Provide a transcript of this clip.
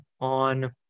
on